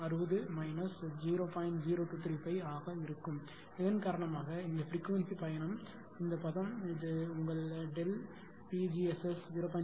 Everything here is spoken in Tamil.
0235 ஆக இருக்கும் இதன் காரணமாக இந்த பிரிக்வன்சி பயணம் இந்த பதம் இது இது உங்கள் Δ〖P g〗SS 0